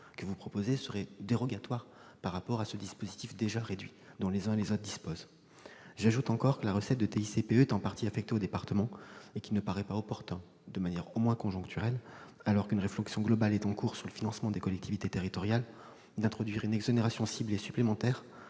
serait en effet dérogatoire par rapport à ce dispositif déjà réduit dont les uns et les autres disposent. J'ajoute encore que la recette de TICPE est en partie affectée aux départements et qu'il ne paraît pas opportun, de manière au moins conjoncturelle, alors qu'une réflexion globale est en cours sur le financement des collectivités territoriales, d'introduire une exonération ciblée supplémentaire